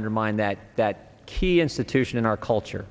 undermine that that key institution in our culture